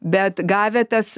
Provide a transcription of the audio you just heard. bet gavę tas